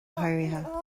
háirithe